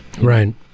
Right